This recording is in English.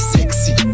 Sexy